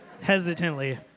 hesitantly